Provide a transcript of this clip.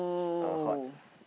uh hot